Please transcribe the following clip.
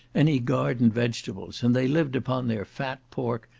any garden vegetables, and they lived upon their fat pork,